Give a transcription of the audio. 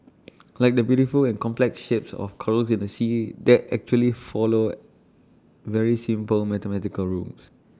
like the beautiful and complex shapes of corals in the sea that actually follow very simple mathematical rules